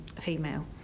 female